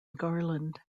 garland